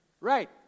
Right